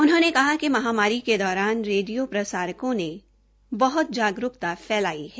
उन्होंने कहा कि महामारी के दौरान रेडिो प्रसारकों ने बह्त जागरूकता फैलाई है